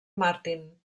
martin